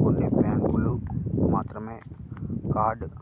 కొన్ని బ్యేంకులు మాత్రమే కార్డ్లెస్